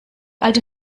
alte